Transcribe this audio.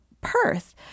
Perth